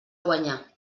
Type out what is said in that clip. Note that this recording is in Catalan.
guanyar